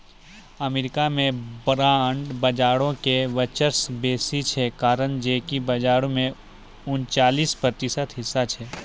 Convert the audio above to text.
America मे bond बजारो के वर्चस्व बेसी छै, कारण जे कि बजारो मे उनचालिस प्रतिशत हिस्सा छै